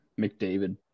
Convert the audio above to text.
McDavid